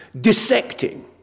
dissecting